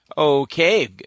Okay